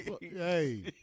Hey